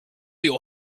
your